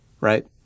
right